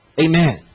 Amen